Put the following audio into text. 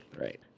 right